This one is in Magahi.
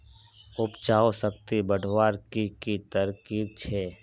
उपजाऊ शक्ति बढ़वार की की तरकीब छे?